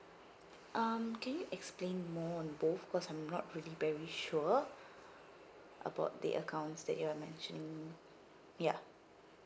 um can you explain more on both cause I'm not really very sure about the accounts that you're mentioning ya